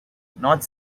knott